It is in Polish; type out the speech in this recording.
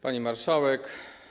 Pani Marszałek!